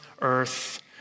earth